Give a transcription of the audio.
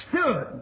stood